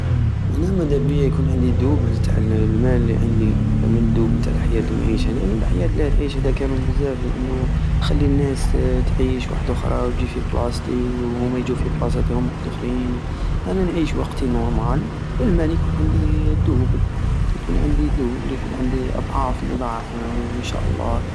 ولا مدابية يكون عندي الدوبل تاع المال الي عندي خير من الدوبل تع الحياة الي نعيشها لانو لحياة لي راح تعيش هداك كامل بزاف لانو خلي الناس تعيش وحدوخرى وجي في بلاصتي وهوما يجو في بلاصتهم وحدوخرين انا نعيش وقتي نورمال والمال يكون عندي الدوبل- يكون عندي الدوبل يكون عندي اضعاف مضاعفة انشاء الله